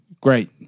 Great